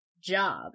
job